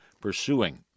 pursuing